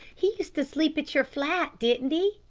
he used to sleep at your flat, didn't he?